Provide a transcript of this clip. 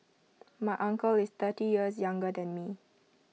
my uncle is thirty years younger than me